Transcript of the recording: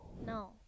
No